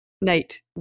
Nate